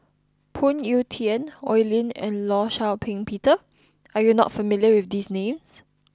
Phoon Yew Tien Oi Lin and Law Shau Ping Peter are you not familiar with these names